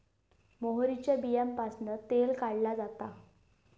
मोहरीच्या बीयांपासना तेल काढला जाता